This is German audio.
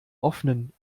offenen